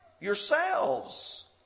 yourselves